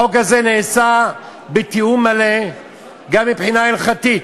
החוק הזה נעשה בתיאום מלא גם מבחינה הלכתית.